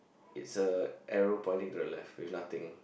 it's a arrow pointing to the left with nothing